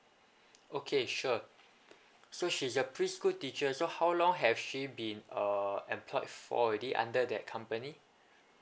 okay sure so she's a preschool teacher so how long have she been err employed for already under that company